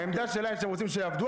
העמדה שלהם שהם רוצים שיעבדו,